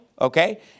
okay